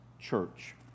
church